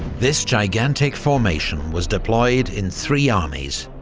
this gigantic formation was deployed in three armies,